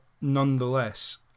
nonetheless